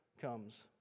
comes